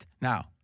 Now